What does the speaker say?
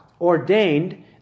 ordained